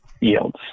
yields